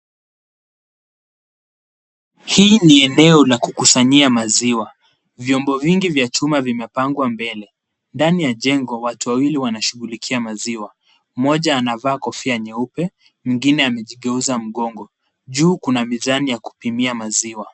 Hii ni eneo la kukusanyia maziwa. Vyombo vingi vya chuma vimepangwa mbele. Ndani ya jengo, watu wawili wanashughulikia maziwa. Mmoja anavaa kofia nyeupe, mwingine amejigeuza mgongo. Juu kuna mizani ya kupimia maziwa.